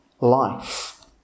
life